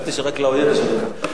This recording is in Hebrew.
חשבתי שרק לאויב יש עוד דקה.